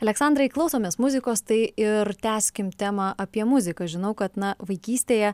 aleksandrai klausomės muzikos tai ir tęskim temą apie muziką žinau kad na vaikystėje